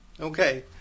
Okay